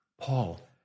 Paul